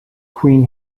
queen